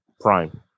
prime